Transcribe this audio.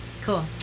Cool